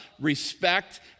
respect